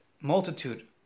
multitude